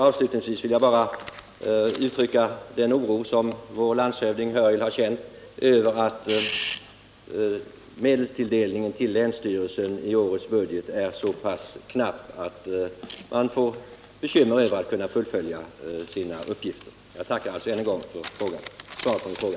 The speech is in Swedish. Avslutningsvis vill jag bara uttrycka den oro som vår landshövding Nils Hörjel har känt över att medelstilldelningen till länsstyrelsen i årets budget är så pass knapp att det uppstår bekymmer då det gäller att klara uppgifterna. Jag tackar än en gång för svaret på min fråga.